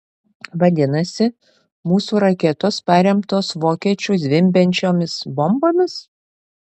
vadinasi mūsų raketos paremtos vokiečių zvimbiančiomis bombomis